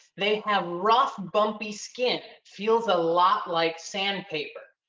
they have rough bumpy skin, feels a lot like sandpaper.